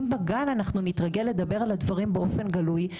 אם בגן אנחנו נתרגל לדבר על הדברים באופן גלוי,